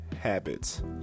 habits